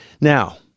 Now